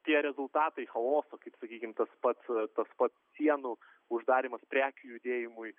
tie rezultatai chaosas kaip sakykim tas pats tas pats sienų uždarymas prekių judėjimui